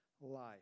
life